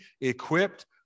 equipped